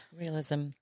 realism